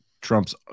Trump's